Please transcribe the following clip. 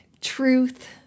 truth